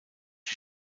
die